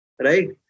Right